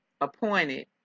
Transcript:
appointed